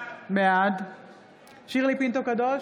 בעד שירלי פינטו קדוש,